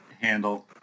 handle